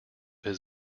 his